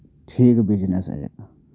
ठीक बिजीनस न जेह्के